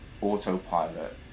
autopilot